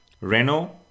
Renault